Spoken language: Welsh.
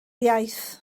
iaith